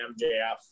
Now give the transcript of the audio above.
MJF